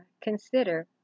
consider